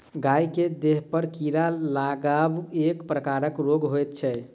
गाय के देहपर कीड़ा लागब एक प्रकारक रोग होइत छै